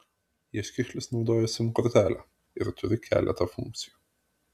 ieškiklis naudoja sim kortelę ir turi keletą funkcijų